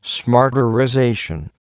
smarterization